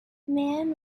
mann